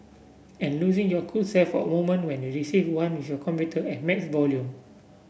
and losing your cool self a moment when you receive one with your computer at max volume